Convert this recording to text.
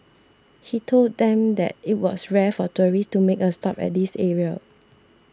he told them that it was rare for tourists to make a stop at this area